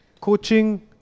Coaching